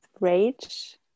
rage